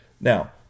now